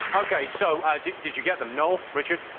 ok, so, did you get them? noel, richard?